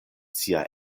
sia